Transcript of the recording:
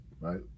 Right